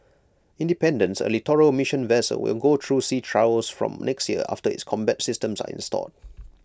independence A littoral mission vessel will go through sea trials from next year after its combat systems are installed